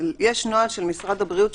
של משרד הבריאות,